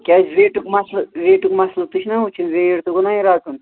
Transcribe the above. کیازِ ویٹُک مسلہ ویٹُک مسلہٕ تہ چھُ نہ وچھُن ویٹ تہ گوژھ نہ یہِ رَٹُن